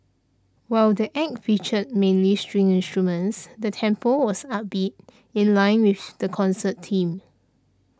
while the Act featured mainly string instruments the tempo was upbeat in line with the concert theme